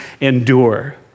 endure